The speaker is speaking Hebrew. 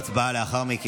הצבעה.